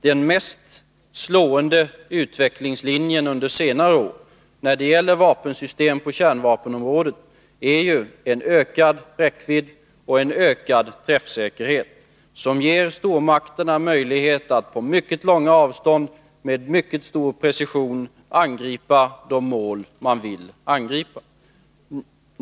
Den mest slående utvecklingslinjen under senare år när det gäller vapensystem på kärnvapenområdet är ju en ökad räckvidd och en ökad träffsäkerhet, som ger stormakterna möjlighet att på mycket långa avstånd och med mycket stor precision angripa de mål de vill angripa.